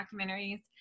documentaries